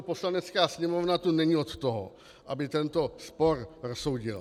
Poslanecká sněmovna tu není od toho, aby tento spor prosoudila.